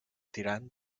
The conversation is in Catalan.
tirant